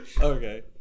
Okay